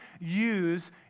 use